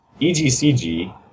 EGCG